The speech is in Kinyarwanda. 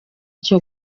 cyo